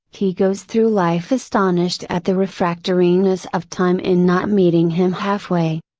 he goes through life astonished at the refractoriness of time in not meeting him halfway.